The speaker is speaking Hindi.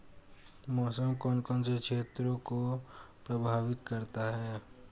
मौसम कौन कौन से क्षेत्रों को प्रभावित करता है?